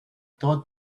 thought